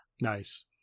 nice